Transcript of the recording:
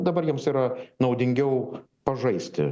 dabar jiems yra naudingiau pažaisti